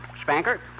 spanker